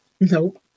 Nope